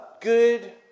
good